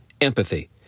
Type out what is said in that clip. empathy